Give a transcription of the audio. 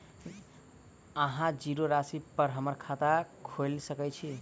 अहाँ जीरो राशि पर हम्मर खाता खोइल सकै छी?